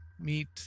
meet